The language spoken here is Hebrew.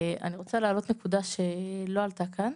אני רוצה להעלות נקודה שלא עלתה כאן,